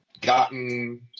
gotten